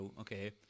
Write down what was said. Okay